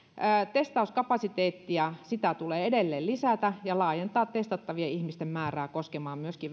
testauskapasiteettia tulee edelleen lisätä ja laajentaa testattavien ihmisten määrää koskemaan myöskin